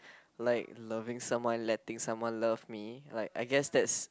like loving someone letting someone love me like I guess that's